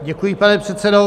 Děkuji, pane předsedo.